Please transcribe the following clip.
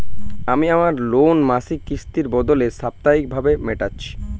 আমি আমার লোন মাসিক কিস্তির বদলে সাপ্তাহিক ভাবে মেটাচ্ছি